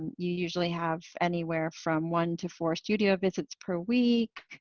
you usually have anywhere from one to four studio visits per week.